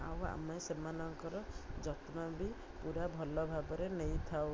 ଆଉ ଆମେ ସେମାନଙ୍କର ଯତ୍ନ ବି ପୁରା ଭଲ ଭାବରେ ନେଇଥାଉ